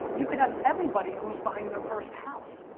you could have everybody who's buying their first house.